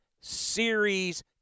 Series